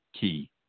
key